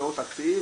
או תקציב,